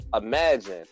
imagine